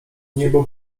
niebo